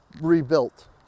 rebuilt